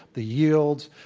the yields,